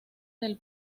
del